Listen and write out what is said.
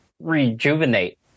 rejuvenate